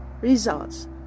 results